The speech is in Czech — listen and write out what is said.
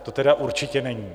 To tedy určitě není.